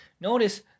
Notice